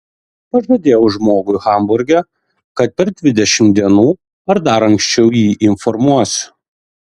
pažadėjau žmogui hamburge kad per dvidešimt dienų ar dar anksčiau jį informuosiu